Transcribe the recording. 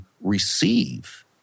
receive